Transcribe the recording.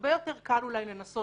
הרבה יותר קל אולי לנסות